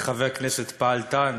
כחבר כנסת פעלתן,